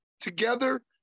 together